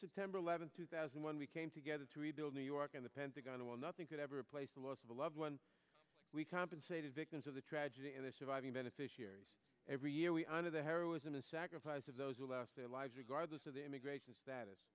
september eleventh two thousand when we came together to rebuild new york and the pentagon well nothing could ever replace the loss of a loved one we compensated victims of the tragedy and the surviving beneficiaries every year we honor the heroism and sacrifice of those who lost their lives regardless of the immigration status